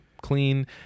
clean